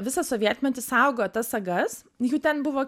visą sovietmetį saugojo tas sagas jų ten buvo